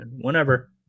Whenever